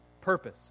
Purpose